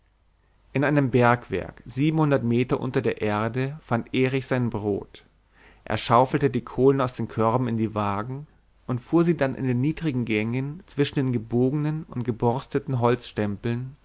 in einem bergwerk siebenhundert meter unter der erde fand erich sein brot er schaufelte die kohlen aus den körben in die wagen und fuhr sie dann in den niederen gängen zwischen den gebogenen und geborstenen